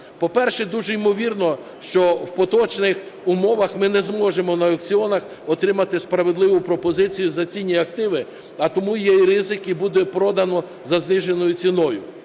По-перше, дуже ймовірно, що в поточних умовах ми не зможемо на аукціонах отримати справедливу пропозицію за цінні активи, а тому є і ризик, і буде продано за зниженою ціною.